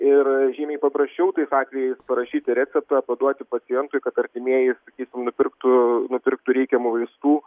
ir žymiai paprasčiau tais atvejais parašyti receptą paduoti pacientui kad artimieji sakysim nupirktų nupirktų reikiamų vaistų